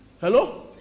Hello